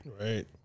Right